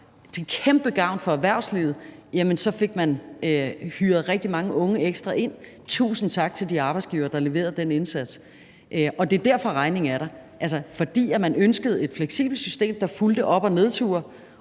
Til kæmpe gavn for erhvervslivet fik man hyret rigtig mange unge ekstra ind. Tusind tak til de arbejdsgivere, der leverede den indsats – og det er derfor, regningen er der. Man ønskede et fleksibelt system, der fulgte op- og nedture,